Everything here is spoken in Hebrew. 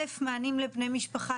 אלף מענים לבני משפה,